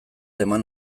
eman